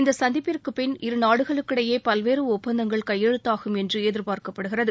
இந்த சந்திப்பிற்குபின் இருநாடுகளுக்கிடையே பல்வேறு ஒப்பந்தங்கள் கையெழுத்தாகும் என்று எதிர்பார்க்கப்படுகிறது